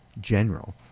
general